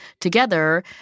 together